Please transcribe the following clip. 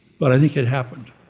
but i think it happened.